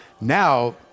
Now